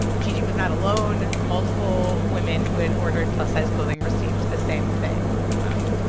gigi was not alone. multiple women who had ordered plus-size clothing received the same thing wow.